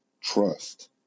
trust